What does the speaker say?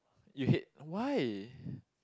you hate why